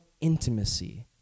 intimacy